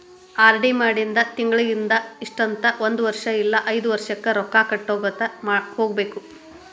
RD ಮಾಡಿಂದ ತಿಂಗಳಿಗಿ ಇಷ್ಟಂತ ಒಂದ್ ವರ್ಷ್ ಇಲ್ಲಾ ಐದ್ ವರ್ಷಕ್ಕ ರೊಕ್ಕಾ ಕಟ್ಟಗೋತ ಹೋಗ್ಬೇಕ್